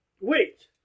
Wait